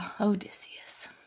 Odysseus